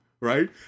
right